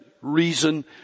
reason